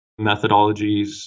methodologies